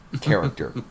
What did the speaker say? character